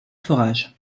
forage